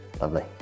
Lovely